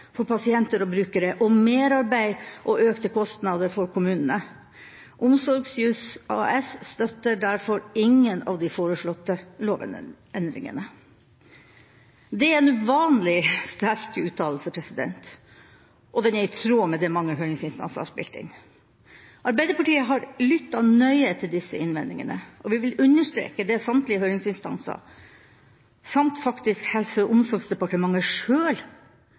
for pasienter og brukere og merarbeid og økte kostnader for kommunene. Omsorgsjuss AS støtter derfor ingen av de foreslåtte lovendringene.» Det er en uvanlig sterk uttalelse, og den er i tråd med det som mange høringsinstanser har spilt inn. Arbeiderpartiet har lyttet nøye til disse innvendingene, og vi vil understreke det samtlige høringsinstanser – samt faktisk Helse- og omsorgsdepartementet